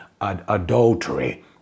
adultery